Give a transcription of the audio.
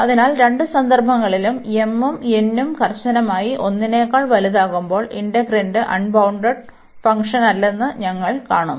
അതിനാൽ രണ്ട് സന്ദർഭങ്ങളിലും m ഉം n ഉം കർശനമായി 1 നേക്കാൾ വലുതാകുമ്പോൾ ഇന്റഗ്രന്റ അൺബൌൺണ്ടഡ് ഫംഗ്ഷനല്ലെന്ന് ഞങ്ങൾ കാണുന്നു